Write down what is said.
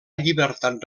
llibertat